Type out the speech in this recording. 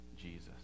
Jesus